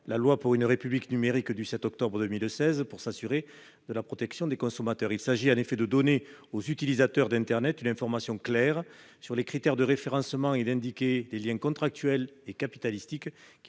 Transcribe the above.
2016 pour une République numérique, pour assurer la protection des consommateurs. Il s'agit en effet de donner aux utilisateurs d'internet une information claire sur les critères de référencement et d'indiquer les liens contractuels et capitalistiques